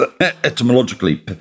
etymologically